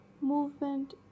Movement